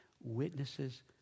witnesses